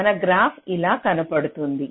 మన గ్రాఫ్ ఇలా కనపడుతుంది